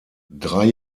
drei